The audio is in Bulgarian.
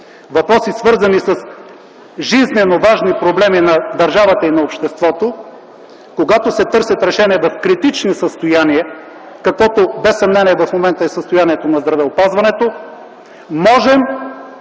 въпроси, свързани с жизнено важни проблеми на държавата и обществото, когато се търсят решения в критични състояния, каквото без съмнение в момента е състоянието на здравеопазването, можем